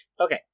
Okay